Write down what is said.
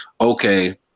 okay